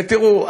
ותראו,